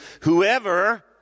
whoever